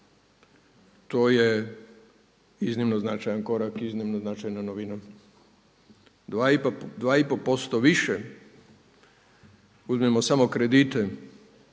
To je iznimno značajan korak i iznimno značajna novina, 2,5% više, uzmimo samo kredite,